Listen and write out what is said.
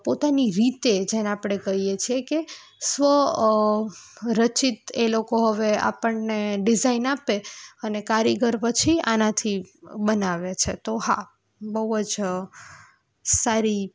પોતાની રીતે જેને આપણે કહીએ છીએ કે સ્વ રચિત એ લોકો હવે આપણને ડિઝાઇન આપે અને કારીગર પછી આનાથી બનાવે છે તો હા બહુ જ સારી